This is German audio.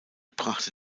brachte